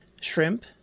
shrimp